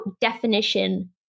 definition